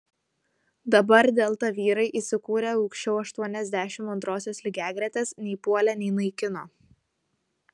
dabar delta vyrai įsikūrę aukščiau aštuoniasdešimt antrosios lygiagretės nei puolė nei naikino